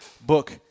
book